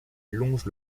longe